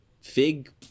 fig